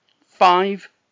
Five